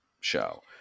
show